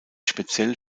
speziell